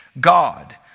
God